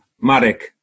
Marek